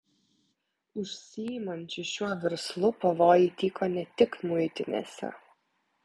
užsiimančių šiuo verslu pavojai tyko ne tik muitinėse